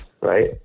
right